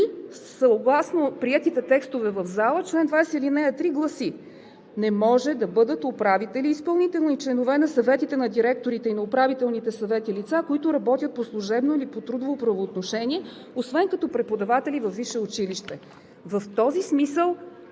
съгласно приетите текстове в залата, чл. 20, ал. 3 гласи: „Не може да бъдат управители изпълнителни членове на съветите на директорите и на управителните съвети лица, които работят по служебно или по трудово правоотношение, освен като преподаватели във висше училище“. В този смисъл